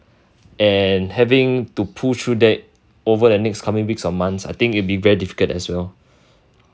and having to pull through that over the next coming weeks or months I think it will be very difficult as well